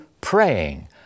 praying